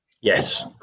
yes